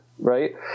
right